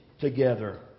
together